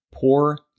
poor